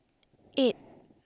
eight